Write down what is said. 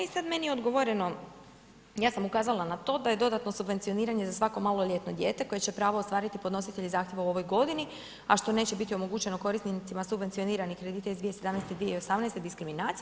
I sad meni je odgovoreno, ja sam ukazala na to da je dodatno subvencioniranje za svako maloljetno dijete koje će pravo ostvariti podnositelji zahtjeva u ovoj godini a što neće biti omogućeno korisnicima subvencioniranih kredite iz 2017. i 2018. diskriminacija.